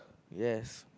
yes